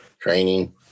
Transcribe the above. training